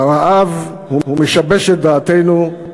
והרעב משבש את דעתנו,